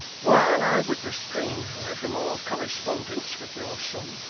while i would restrain her from all correspondence with your son,